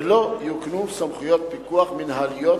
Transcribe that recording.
ויוקנו לו סמכויות פיקוח מינהליות,